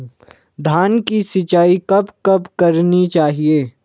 धान की सिंचाईं कब कब करनी चाहिये?